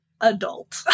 adult